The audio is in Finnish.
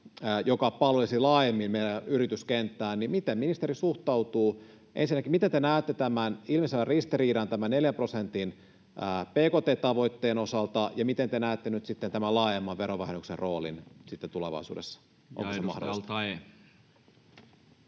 joka palvelisi laajemmin meidän yrityskenttää, joten miten ministeri suhtautuu: Ensinnäkin, miten te näette tämän ilmiselvän ristiriidan tämän 4 prosentin bkt-tavoitteen osalta, ja miten te näette nyt tämän laajemman verovähennyksen roolin tulevaisuudessa? Onko se mahdollista?